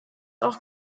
auch